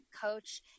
coach